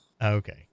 Okay